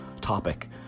topic